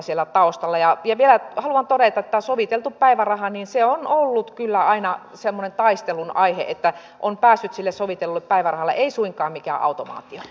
vielä haluan todeta että tämä soviteltu päiväraha on ollut kyllä aina semmoinen taistelun aihe että on päässyt sille sovitellulle päivärahalle ei suinkaan mikään automaatio